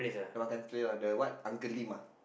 the makan place ah that what Uncle-Lim ah